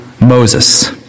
Moses